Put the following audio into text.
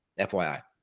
f y i.